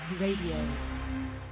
Radio